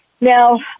Now